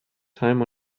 time